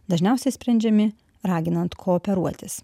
dažniausiai sprendžiami raginant kooperuotis